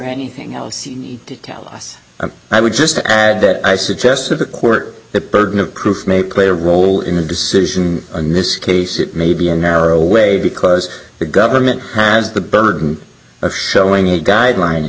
anything else you need to tell us and i would just add that i suggest to the court that burden of proof may play a role in the decision in this case it may be a narrow way because the government has the burden of showing a guideline